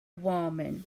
woman